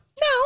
No